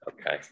okay